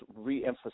reemphasize